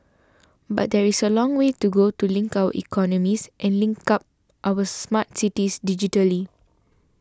but there is a long way to go to link our economies and link up our smart cities digitally